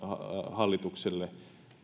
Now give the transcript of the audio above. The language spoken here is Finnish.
hallitukselle